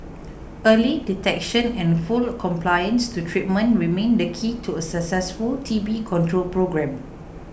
early detection and full compliance to treatment remain the key to a successful T B control programme